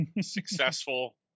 successful